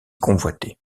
convoité